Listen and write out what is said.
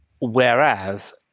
Whereas